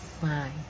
fine